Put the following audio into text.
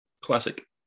Classic